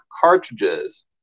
cartridges